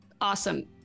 awesome